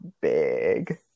big